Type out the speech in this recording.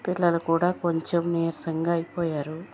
పిల్లలు కూడా కొంచం నీరసంగా అయిపోయారు